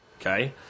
okay